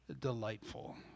delightful